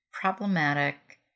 problematic